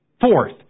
Fourth